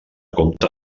compte